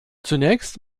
zunächst